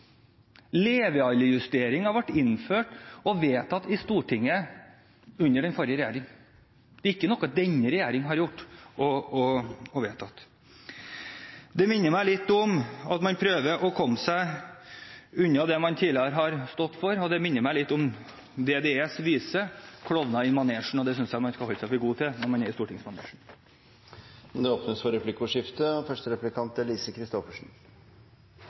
levealderjustering i alderspensjon i folketrygden ble vedtatt og innført i 2011, under forrige regjering. Det er et faktum. Det kan ingen komme seg bort fra. Levealdersjusteringen ble innført og vedtatt i Stortinget under den forrige regjeringen. Det er ikke noe denne regjeringen har gjort og vedtatt. Det virker som man prøver å komme seg unna det man tidligere har stått for – det minner meg litt om DDEs vise «Klovna i manesjen» – og det synes jeg man skal holde seg for god til når man er